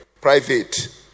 private